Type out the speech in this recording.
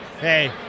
Hey